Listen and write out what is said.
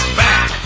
back